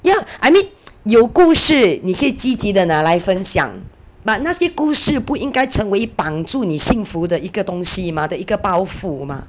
yeah I mean 有故事你可以积极的拿来分享 but 那些故事不应该成为绑住你幸福的一个东西 mah 的一个包袱 mah